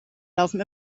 laufen